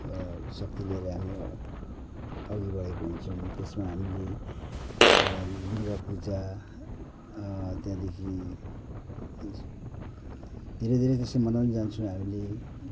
एउटा शक्ति लिएर हामी अघि बढेको हुन्छौँ त्यसमा हामीले दुर्गापुजा त्यहाँदेखि धेरै धेरै त्यसो मनाउँदै जान्छौँ हामीले